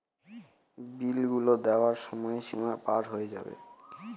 বিল গুলো দেওয়ার সময় সীমা পার হয়ে যাবে